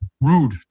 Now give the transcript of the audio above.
rude